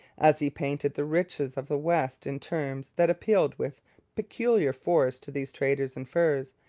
as he painted the riches of the west in terms that appealed with peculiar force to these traders in furs,